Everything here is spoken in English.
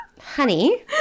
honey